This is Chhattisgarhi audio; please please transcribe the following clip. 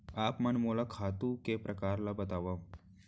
आप मन मोला खातू के प्रकार ल बतावव?